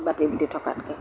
বাটি বুটি থকাতকৈ